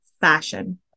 fashion